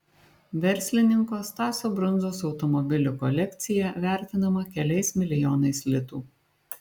verslininko stasio brundzos automobilių kolekcija vertinama keliais milijonais litų